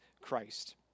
Christ